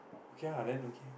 okay ah then okay